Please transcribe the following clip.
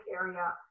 area